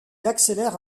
accélère